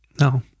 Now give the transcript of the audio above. no